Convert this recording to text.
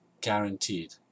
Guaranteed